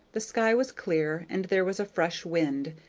the sky was clear, and there was a fresh wind,